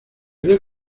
había